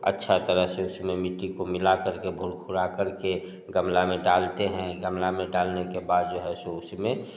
अच्छा तरह से उसमें मिट्टी को मिलाकर के कर के गमला में डालते हैं गमला में डालने के बाद जो है सो उसमें